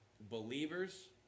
Believers